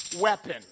weapon